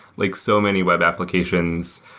like so many web applications,